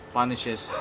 punishes